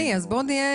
אדוני, אז בוא נהיה